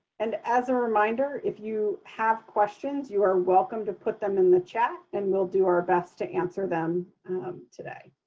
and as a reminder, if you have questions, you are welcome to put them in the chat. and we'll do our best to answer them today.